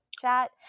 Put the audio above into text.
chat